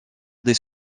des